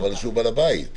אבל שהוא בעל הבית?